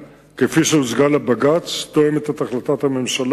רצוני לשאול: 1. מה היא מדיניות הממשלה